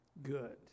good